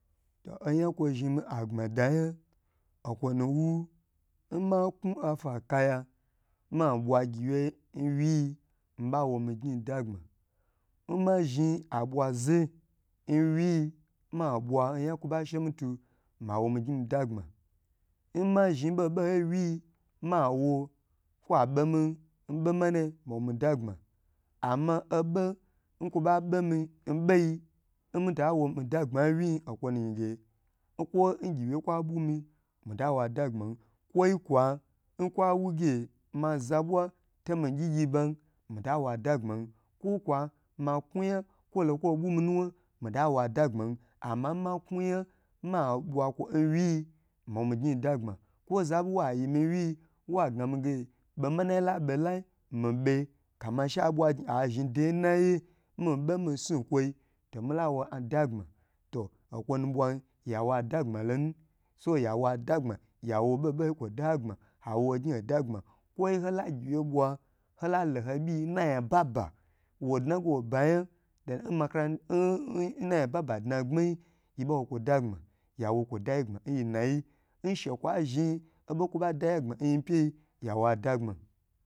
Oyan kwo zhimi agbma da yan nkwo no wu nmaku afa akaya ma bwa gyi wye nwi nbawo migyi ndagba nma zhi abwazu nwi ma bwa oyan kwo ba shemitu mowo mi gyn mida gbma nma zhni boboyi nwi mawo kwo be mi bo manayi mowo mida gbma ama obo nkwo ba be mi boi nmitawomide nwi okwo nu yin nkwo ngyiwe nkwa bumi matawo dagbman kwo kwa nkwa wu ge ma za bwa tomi gyi ban mita wo adagbma ku kwa ma kuyan kwolo kwo bumi nuwa mita wo adagbma ama nmaknu yan ma bwa kwo nwiyi ma mo miggn nda gbma nza bu wa yimi nwi wa gna mi ge be manayi lable lai mi be kama she bwa zhni de naye mibe misu nkwoi ndagbma nkwonu bwan yawa adagbma lonu so ya wo dagbma yawo boboyi kwo daya gbma howo gyn dagbma kwo la gyi wye bwa hola loho byi na yababa wo dna ge wo ba yan den erere yan baba dngbmayi yi ba kwo kwo dagbma yawo kwo da ya gbma nyi nayi nshekwa zhni oya kwo ba da ya gbma nyi pyi yawa da gbma